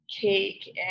cake